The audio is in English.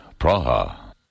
Praha